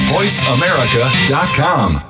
VoiceAmerica.com